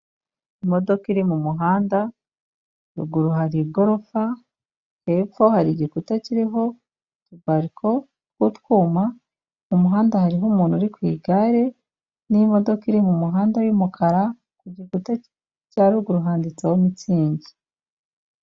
Imodoka iri mu muhanda, ruguru hari igorofa, hepfo hari igikuta kiriho utubariko tw'utwuma, mu muhanda hariho umuntu uri ku igare n'imodoka iri mu muhanda y'umukara, ku gikuta cya ruguru handitseho mitsingi.